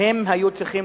מה אתה רוצה מחייו?